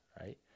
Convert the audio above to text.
right